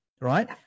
right